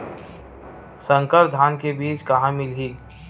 संकर धान के बीज कहां मिलही?